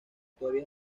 todavía